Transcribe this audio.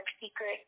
secret